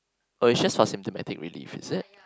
but it's just for symptomatic relieve is it